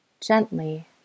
gently